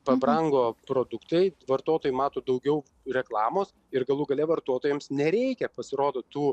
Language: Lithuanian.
pabrango produktai vartotojai mato daugiau reklamos ir galų gale vartotojams nereikia pasirodo tų